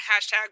hashtag